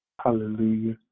Hallelujah